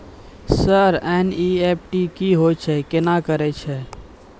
Sir NEFT की होय छै, केना करे छै?